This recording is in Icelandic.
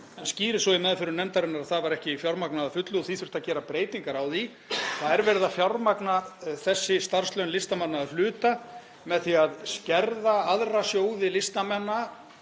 en skýrðist svo í meðförum nefndarinnar, að það var ekki fjármagnað að fullu og því þurfti að gera breytingar á því. Það er verið að fjármagna þessi starfslaun listamanna að hluta til með því að skerða aðra sjóði listamanna,